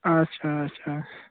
اَچھا اَچھا